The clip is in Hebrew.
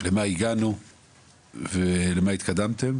למה הגענו ולמה התקדמתם.